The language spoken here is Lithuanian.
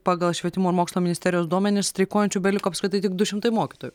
pagal švietimo ir mokslo ministerijos duomenis streikuojančių beliko apskritai tik du šimtai mokytojų